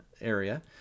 area